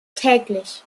täglich